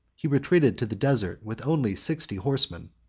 he retreated to the desert with only sixty horsemen.